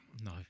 No